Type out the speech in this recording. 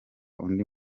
undi